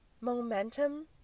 Momentum